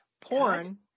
Porn